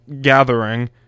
gathering